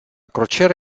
crociera